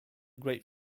great